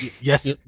Yes